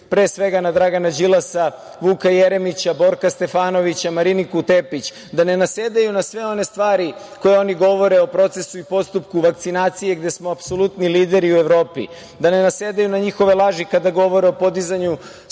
pre svega na Dragana Đilasa, Vuka Jeremića, Borka Stefanovića, Mariniku Tepić, da ne nasedaju na sve one stvari koje oni govore o procesu i postupku vakcinacije gde smo apsolutni lideri u Evropi, da ne nasedaju na njihove laži kada govore o podizanju spomenika